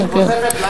כיוונתי לדעת גדולים.